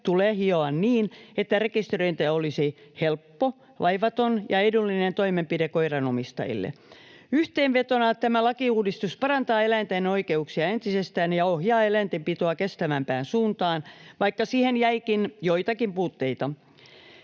tulee hioa niin, että rekisteröinti olisi helppo, vaivaton ja edullinen toimenpide koiran omistajille. Yhteenvetona: tämä lakiuudistus parantaa eläinten oikeuksia entisestään ja ohjaa eläintenpitoa kestävämpään suuntaan, vaikka siihen jäikin joitakin puutteita.